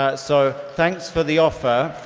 ah so thanks for the offer.